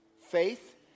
Faith